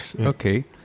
okay